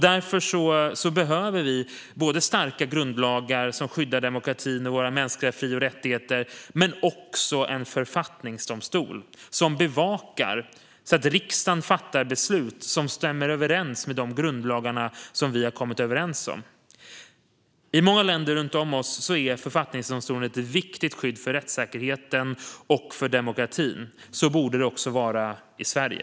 Därför behöver vi starka grundlagar som skyddar demokratin och våra mänskliga fri och rättigheter, men vi behöver också en författningsdomstol som bevakar att riksdagen fattar beslut som stämmer överens med de grundlagar som vi har kommit överens om. I många länder runt om oss är en författningsdomstol ett viktigt skydd för rättssäkerheten och för demokratin. Så borde det vara också i Sverige.